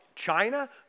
China